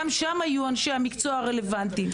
גם שם יהיו אנשי המקצוע הרלוונטיים.